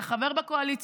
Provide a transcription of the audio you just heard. אתה חבר בקואליציה,